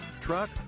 truck